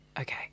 okay